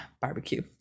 barbecue